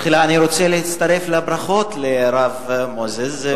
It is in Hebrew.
תחילה אני רוצה להצטרף לברכות לרב מוזס.